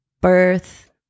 birth